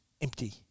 empty